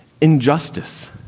injustice